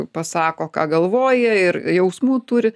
pasako ką galvoja ir jausmų turi